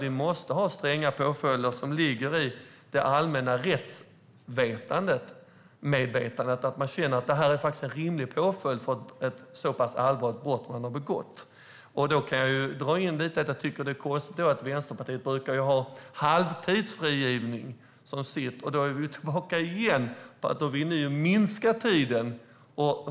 Vi måste ha stränga påföljder som överensstämmer med det allmänna rättsmedvetandet. Påföljderna ska vara rimliga för allvarliga brott. Vänsterpartiet brukar ju förorda halvtidsfrigivning, och då minskar fängelsetiden.